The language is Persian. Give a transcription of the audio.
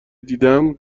دیدم